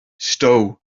stow